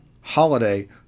holiday